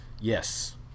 Yes